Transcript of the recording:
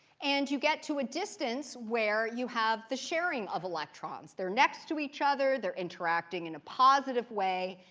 and you get to a distance where you have the sharing of electrons. they're next to each other. they're interacting in a positive way,